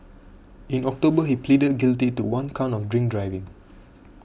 in October he pleaded guilty to one count of drink driving